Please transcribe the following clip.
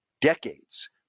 decades